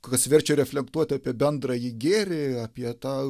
kas verčia reflektuoti apie bendrąjį gėrį apie tą